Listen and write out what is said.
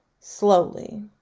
Slowly